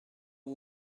que